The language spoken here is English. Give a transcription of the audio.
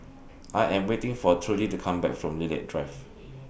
I Am waiting For Trudi to Come Back from Lilac Drive